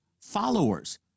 followers